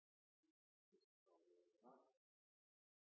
en ser